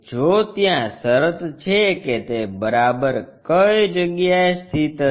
જો ત્યાં શરત છે કે તે બરાબર કઈ જગ્યાએ સ્થિત હશે